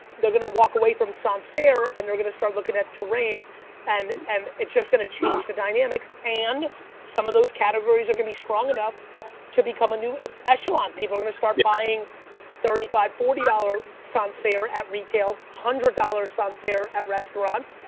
they're gonna walk away from sancerre and they're gonna start looking at terrain and and it's just going to change the dynamics, and some of those categories are gonna be strong enough to become a new echelon. people are gonna start buying thirty five, forty dollars sancerre at retail, one hundred dollars sancerre at restaurant